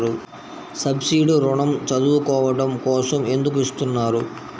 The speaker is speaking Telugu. సబ్సీడీ ఋణం చదువుకోవడం కోసం ఎందుకు ఇస్తున్నారు?